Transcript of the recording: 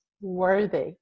worthy